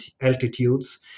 altitudes